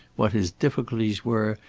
what his difficulties were,